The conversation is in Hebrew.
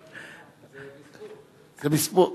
זה מספור.